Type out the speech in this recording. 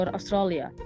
Australia